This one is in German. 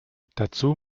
dazu